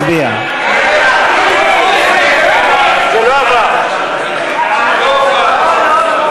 של חברת הכנסת סתיו שפיר לאחרי סעיף 1 לא נתקבלה.